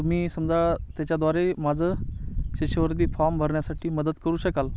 तुम्ही समजा त्याच्याद्वारे माझं शिष्यवती फॉर्म भरण्यासाठी मदत करू शकाल